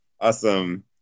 Awesome